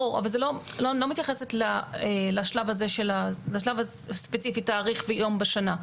ברור אבל אני לא מתייחסת לשלב ספציפית עם תאריך ויום בשנה,